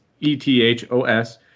E-T-H-O-S